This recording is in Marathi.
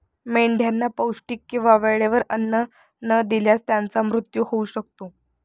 मेंढ्यांना पौष्टिक किंवा वेळेवर अन्न न दिल्यास त्यांचा मृत्यू होऊ शकतो